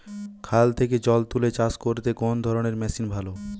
খাল থেকে জল তুলে চাষ করতে কোন ধরনের মেশিন ভালো?